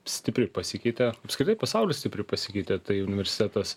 stipriai pasikeitė apskritai pasaulis stipriai pasikeitė tai universitetas